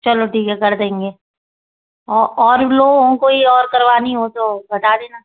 चलो ठीक है कर देंगे और लोगों को ये और करवानी हो तो बता देना